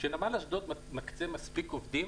כשנמל אשדוד מקצה מספיק עובדים